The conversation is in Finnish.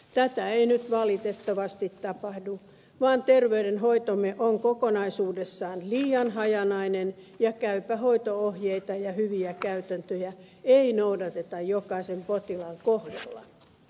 tätä ei nyt valitettavasti tapahdu vaan terveydenhoitomme on kokonaisuudessaan liian hajanainen ja käypä hoito ohjeita ja hyviä käytäntöjä ei noudateta jokaisen potilaan kohdalla